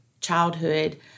childhood